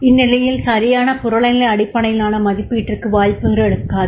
இந்நிலையில் சரியான புறநிலை அடிப்படையிலான மதிப்பீட்டிற்கு வாய்ப்புகள் இருக்காது